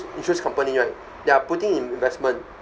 insurance company right there are putting in investment